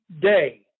day